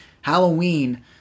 Halloween